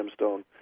gemstone